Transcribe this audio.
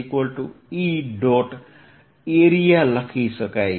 area લખી શકાય